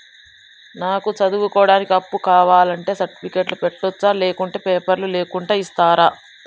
నాకు చదువుకోవడానికి అప్పు కావాలంటే సర్టిఫికెట్లు పెట్టొచ్చా లేకుంటే పేపర్లు లేకుండా ఇస్తరా?